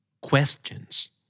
questions